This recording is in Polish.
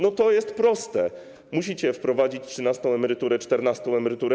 No to jest proste - musicie wprowadzić trzynastą emeryturę, czternastą emeryturę.